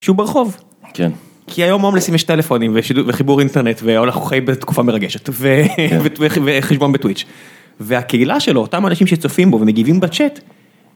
שהוא ברחוב, כי היום הומלסים יש טלפונים וחיבור אינטרנט ואולי אנחנו חיים בתקופה מרגשת וחשבון בטוויץ'. והקהילה שלו, אותם אנשים שצופים בו ומגיבים בצ'אט.